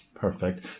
Perfect